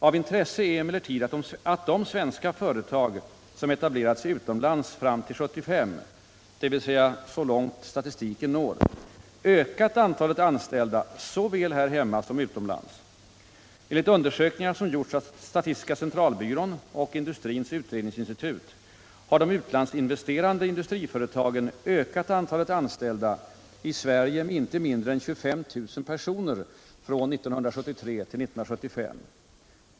Av intresse är emellertid att de svenska företag som etablerat sig utomlands fram till 1975, dvs. så långt statistiken når, ökat antalet anställda såväl här hemma som utomlands. Enligt undersökningar som gjorts av statistiska centralbyrån och Industriens utredningsinstitut har de utlands investerande industriföretagen ökat antalet anställda i Sverige med inte mindre än 25 000 personer från 1973 till 1975.